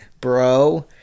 bro